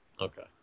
Okay